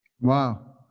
Wow